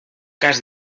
cas